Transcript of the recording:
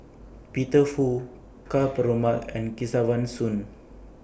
Peter Fu Ka Perumal and Kesavan Soon